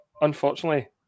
unfortunately